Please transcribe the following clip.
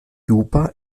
juba